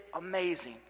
amazing